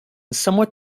somewhat